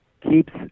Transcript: keeps